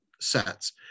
sets